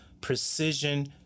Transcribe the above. precision